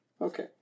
Okay